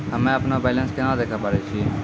हम्मे अपनो बैलेंस केना देखे पारे छियै?